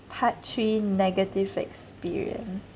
part three negative experience